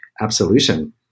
Absolution